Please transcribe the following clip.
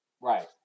Right